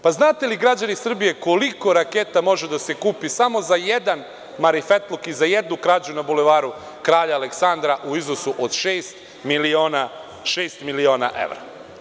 Pa, znate li građani Srbije koliko raketa može da se kupi samo za jedan marifetluk i za jednu krađu na Bulevaru Kralja Aleksandra u iznosu od šest miliona evra?